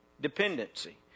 dependency